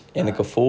(uh huh)